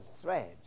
threads